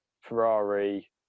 Ferrari